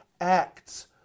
acts